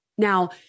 Now